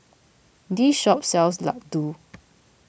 this shop sells Laddu